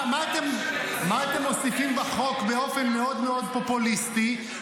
מה אתם מוסיפים בחוק באופן מאוד מאוד פופוליסטי?